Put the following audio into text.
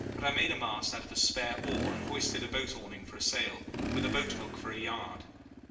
but i made a mast out of a spare oar and hoisted a boat-awning for a sail, with a boat-hook for a yard.